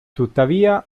tuttavia